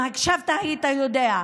אם הקשבת, היית יודע.